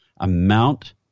amount